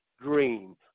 green